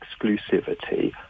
exclusivity